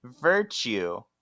virtue